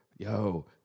Yo